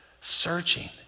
searching